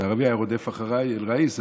והערבי היה רודף אחריי: א-ראיס,